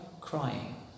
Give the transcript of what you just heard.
crying